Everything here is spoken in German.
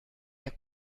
der